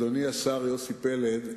אדוני השר יוסי פלד,